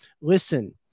Listen